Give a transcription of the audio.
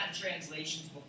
translations